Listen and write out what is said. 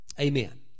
Amen